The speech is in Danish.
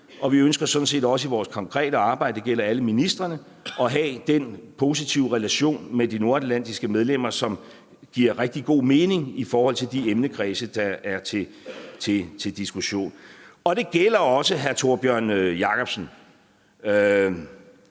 og vi ønsker sådan set også i vores konkrete arbejde – det gælder alle ministrene – at have den positive relation med de nordatlantiske medlemmer, som giver rigtig god mening i forhold til de emnekredse, der er til diskussion. Det gælder også hr. Tórbjørn Jacobsen,